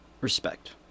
respect